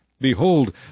Behold